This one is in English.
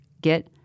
get